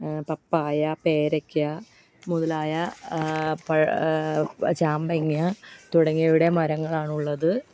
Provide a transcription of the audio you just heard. പപ്പായ പേരക്ക മുതലായ പ ചാമ്പങ്ങ തുടങ്ങിയവയുടെ മരങ്ങളാണുള്ളത്